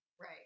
Right